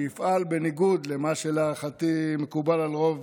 שיפעל בניגוד למה שלהערכתי מקובל על רוב